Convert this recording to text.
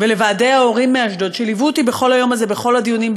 ולוועדי ההורים מאשדוד שליוו אותי בכל היום הזה בכל הדיונים,